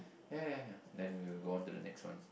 ya ya ya then we will go on to the next one